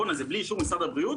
'בואנה זה בלי אישור משרד הבריאות',